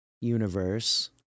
universe